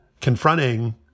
confronting